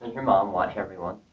your mom watch every one?